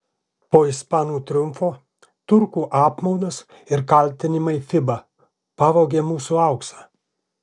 po ispanų triumfo turkų apmaudas ir kaltinimai fiba pavogė mūsų auksą